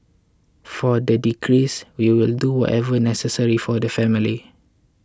for the deceased we will do whatever necessary for the family